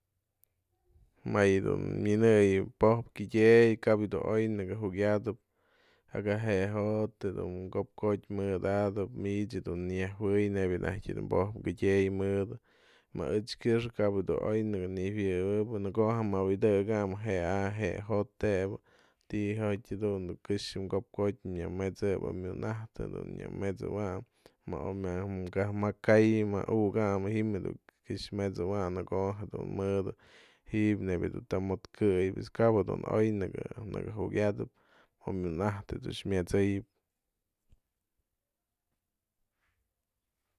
Më yë du minëyëm yë po'ojpë kidyëy kap je du oy nëkë jukyatëp, jak je jo'ot du mko'op jotyë mëdatëp mich dun nyanëjuëyëp nebya najk dun po'ojpë kidyëy mëdë, më echkyëxpë kap du oy naka nyawëwëp, në ko'o je mabëdëkanyë je'a je jo'ot je, ti'i jo'otyë jadun du këxë mko'op jotyë nya met'sëwany oy madunäjtë nya met'sëwany, ma oy najk mja ka'ay ja u'ukäm ji'im je kyëx met'sëwany në ko'o jedun mëdë ji'ib nebya dun të majkëyën pues kaba dun oy naka naka yukyatëp oy mëdunajtë dun myet'sëyëp.